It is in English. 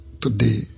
today